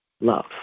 love